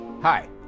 Hi